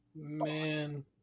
Man